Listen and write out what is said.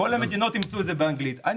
המדינות אימצו את זה באנגלית.